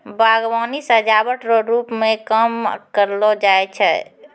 बागवानी सजाबट रो रुप मे काम करलो जाय छै